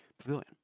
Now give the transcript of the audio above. pavilion